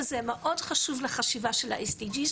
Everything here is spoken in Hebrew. וזה מאוד חשוב לחשיבה של ה-SDG,